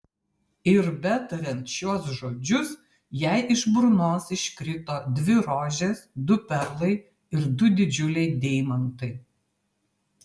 ir betariant šiuos žodžius jai iš burnos iškrito dvi rožės du perlai ir du didžiuliai deimantai